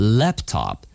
laptop